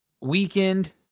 weekend